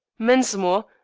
mensmore,